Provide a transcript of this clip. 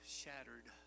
shattered